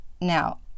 Now